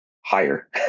higher